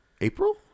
April